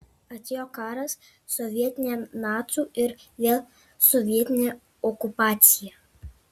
atėjo karas sovietinė nacių ir vėl sovietinė okupacija